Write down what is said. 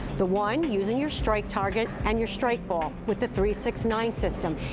the one using your strike target and your strike ball with the three, six, nine system.